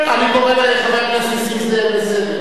אני קורא את חבר הכנסת נסים זאב לסדר.